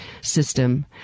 system